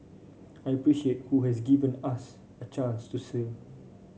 I appreciate who have given us a chance to serve